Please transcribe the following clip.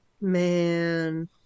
Man